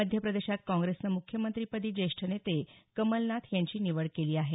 मध्यप्रदेशात काँप्रेसनं मुख्यमंत्रिपदी ज्येष्ठ नेते कमलनाथ यांची निवड केली आहे